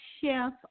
chef